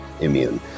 immune